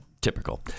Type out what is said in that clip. typical